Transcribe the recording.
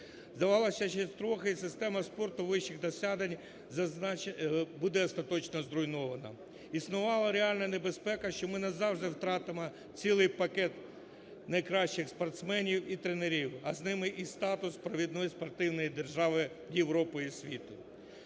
Здавалося, ще трохи і система спорту вищих досягнень буде остаточно зруйнована. Існувала реальна небезпека, що ми назавжди втратимо цілий пакет найкращих спортсменів і тренерів, а з ними і статус провідної спортивної держави Європи і світу.